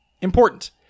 Important